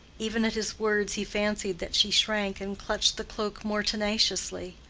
even at his words, he fancied that she shrank and clutched the cloak more tenaciously.